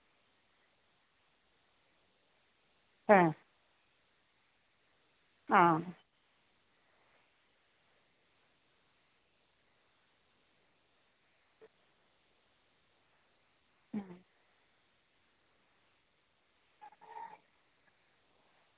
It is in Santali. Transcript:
ᱦᱮ ᱚ